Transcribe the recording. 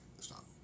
Stop